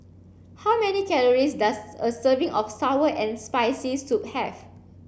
how many calories does a serving of sour and spicy soup have